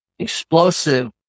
explosive